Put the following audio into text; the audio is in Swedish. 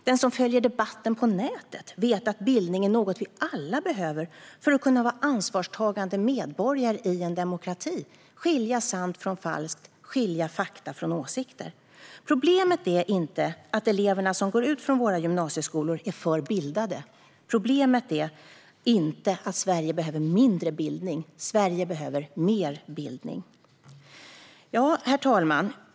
Den som följer debatten på nätet vet att bildning är något vi alla behöver för att kunna vara ansvarstagande medborgare i en demokrati och skilja sant från falskt och fakta från åsikter. Problemet är inte att eleverna som går ut från våra gymnasieskolor skulle vara alltför bildade. Problemet är inte att Sverige skulle behöva mindre bildning. Sverige behöver mer bildning. Herr talman!